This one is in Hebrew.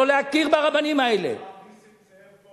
לא להכיר ברבנים האלה, הרב נסים זאב פה.